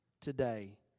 today